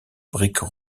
briques